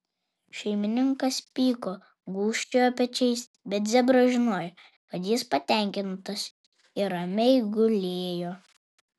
šeimininkas pyko gūžčiojo pečiais bet zebras žinojo kad jis patenkintas ir ramiai gulėjo